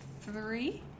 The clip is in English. three